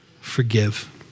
Forgive